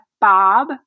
Bob